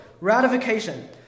ratification